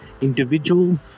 individual